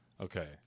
Okay